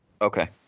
Okay